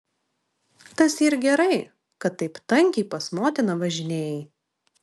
tas yr gerai kad taip tankiai pas motiną važinėjai